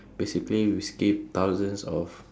basically we skip thousands of